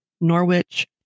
Norwich